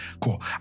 cool